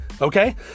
Okay